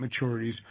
maturities